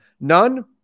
None